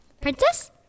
Princess